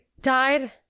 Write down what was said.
died